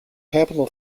capital